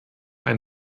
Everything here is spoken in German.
ein